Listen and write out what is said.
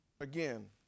again